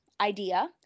idea